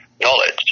knowledge